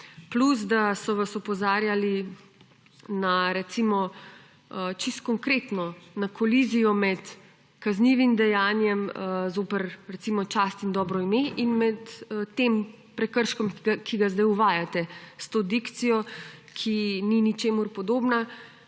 plus da so vas opozarjali na, recimo čisto konkretno, na kolizijo med kaznivim dejanjem zoper, recimo, čast in dobro ime in med tem prekrškom, ki ga zdaj uvajate s to dikcijo, ki ni ničemur podobna